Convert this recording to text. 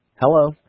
Hello